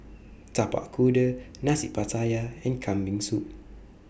Tapak Kuda Nasi Pattaya and Kambing Soup